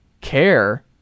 care